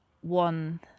one